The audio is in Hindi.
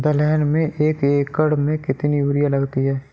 दलहन में एक एकण में कितनी यूरिया लगती है?